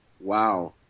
Wow